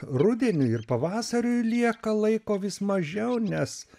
rudeniui ir pavasariui lieka laiko vis mažiau nes